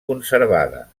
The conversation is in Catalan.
conservada